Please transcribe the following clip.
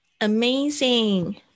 Amazing